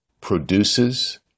produces